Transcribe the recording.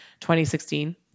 2016